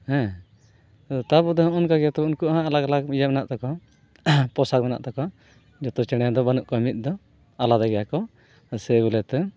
ᱦᱮᱸ ᱛᱟᱵᱟᱫᱮ ᱱᱚᱜ ᱚᱱᱠᱟᱜᱮ ᱛᱚ ᱩᱱᱠᱩᱣᱟᱜ ᱦᱚᱸ ᱟᱞᱟᱜ ᱟᱞᱟᱜ ᱤᱭᱟᱹ ᱢᱮᱱᱟᱜ ᱛᱟᱠᱚᱣᱟ ᱯᱳᱥᱟᱠ ᱢᱮᱱᱟᱜ ᱛᱟᱠᱚᱣᱟ ᱡᱚᱛᱚ ᱪᱮᱬᱮ ᱫᱚ ᱵᱟᱹᱱᱩᱜ ᱠᱚᱣᱟ ᱢᱤᱫ ᱫᱚ ᱟᱞᱟᱫᱟ ᱜᱮᱭᱟᱠᱚ ᱥᱮ ᱵᱚᱞᱮᱛᱮ